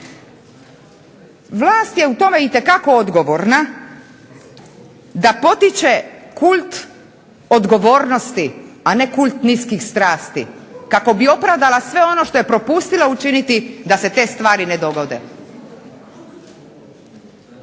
Vlast je u tome itekako odgovorna da potiče kult odgovornosti, a ne kult niskih strasti, kako bi opravdala sve ono što je propustila učiniti da se te stvari ne dogode.